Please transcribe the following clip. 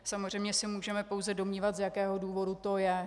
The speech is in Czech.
Samozřejmě se můžeme pouze domnívat, z jakého důvodu to je.